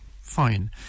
Fine